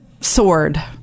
sword